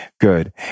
Good